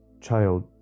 child